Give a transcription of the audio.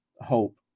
hope